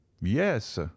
yes